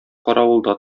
каравылда